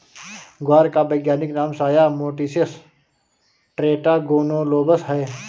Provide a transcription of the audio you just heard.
ग्वार का वैज्ञानिक नाम साया मोटिसस टेट्रागोनोलोबस है